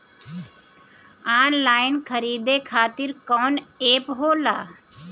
Online खरीदे खातीर कौन एप होला?